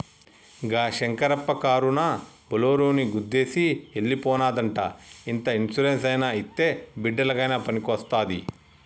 గా శంకరప్ప కారునా బోలోరోని గుద్దేసి ఎల్లి పోనాదంట ఇంత ఇన్సూరెన్స్ అయినా ఇత్తే బిడ్డలకయినా పనికొస్తాది